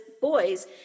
boys